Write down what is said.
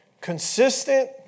Consistent